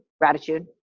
gratitude